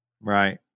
Right